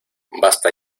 basta